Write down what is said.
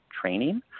training